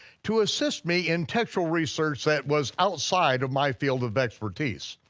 to assist me in textual research that was outside of my field of expertise.